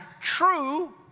True